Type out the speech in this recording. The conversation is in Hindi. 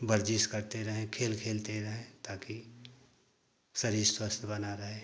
वर्जिश करते रहें खेल खेलते रहें ताकि शरीर स्वस्थ बना रहे